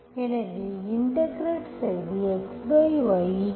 எனவே இன்டெகிரெட் செய்து xyC பெறலாம்